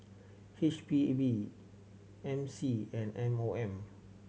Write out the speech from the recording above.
H P B M C and M O M